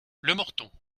lemorton